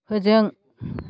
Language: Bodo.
फोजों